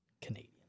Canadian